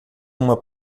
uma